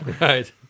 Right